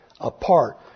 Apart